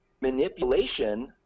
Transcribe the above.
manipulation